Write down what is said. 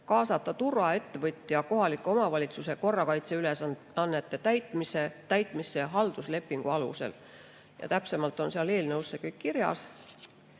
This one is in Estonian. kaasata turvaettevõtja kohaliku omavalitsuse korrakaitseülesannete täitmisse halduslepingu alusel. Täpsemalt on eelnõus see kõik kirjas.